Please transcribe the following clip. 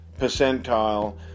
percentile